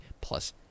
plus